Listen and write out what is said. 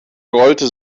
rollte